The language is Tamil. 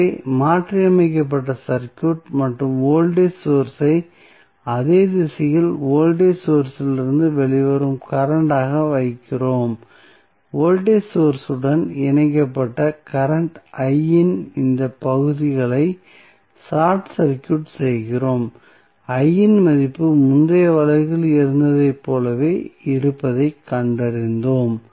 எனவே மாற்றியமைக்கப்பட்ட சர்க்யூட் மற்றும் வோல்டேஜ் சோர்ஸ் ஐ அதே திசையில் வோல்டேஜ் சோர்ஸ்களிலிருந்து வெளிவரும் கரண்ட் ஆக வைக்கிறோம் வோல்டேஜ் சோர்ஸ் உடன் இணைக்கப்பட்ட கரண்ட் I இன் இந்த பகுதிகளை ஷார்ட் சர்க்யூட் செய்கிறோம் I இன் மதிப்பு முந்தைய வழக்கில் இருந்ததைப் போலவே இருப்பதைக் கண்டறிந்தோம்